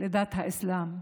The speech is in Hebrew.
לדת האסלאם,